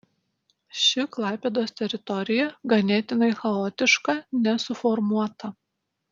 ši klaipėdos teritorija ganėtinai chaotiška nesuformuota